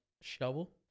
shovel